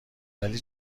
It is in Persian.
ولی